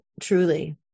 truly